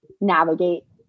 navigate